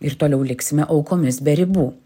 ir toliau liksime aukomis be ribų